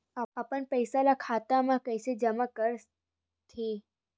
अपन पईसा खाता मा कइसे जमा कर थे?